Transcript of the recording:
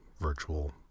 virtual